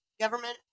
government